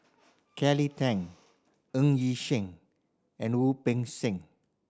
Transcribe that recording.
Kelly Tang Ng Yi Sheng and Wu Peng Seng